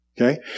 Okay